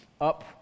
up